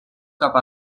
cap